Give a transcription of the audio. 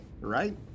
Right